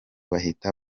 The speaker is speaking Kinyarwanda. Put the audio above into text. bahita